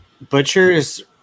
Butcher's